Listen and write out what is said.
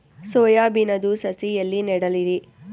Soya ಬಿನದು ಸಸಿ ಎಲ್ಲಿ ನೆಡಲಿರಿ?